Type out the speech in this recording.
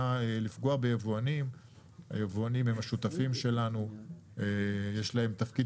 אירופאי ואם הטענה האמיתית שבאמת יש תקן